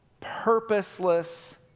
purposeless